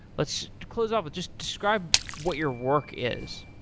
let's close off just describe what your work is.